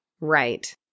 Right